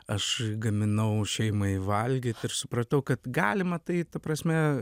aš gaminau šeimai valgyt ir supratau kad galima tai ta prasme